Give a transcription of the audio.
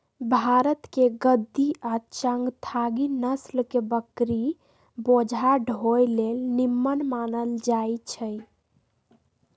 भारतके गद्दी आ चांगथागी नसल के बकरि बोझा ढोय लेल निम्मन मानल जाईछइ